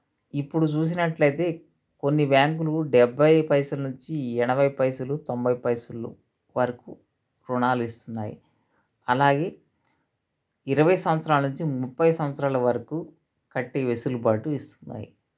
ఇప్పుడు చూసినట్లయితే కొన్ని బ్యాంకులు డెబ్భై పైసల నుంచి ఎనభై పైసలు తొంభై పైసలు వరకు రుణాలు ఇస్తున్నాయి అలాగే ఇరవై సంవత్సరాల నుంచి ముప్పై సంవత్సరాల వరకు కట్టే వెసులుబాటు ఇస్తున్నాయి